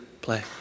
play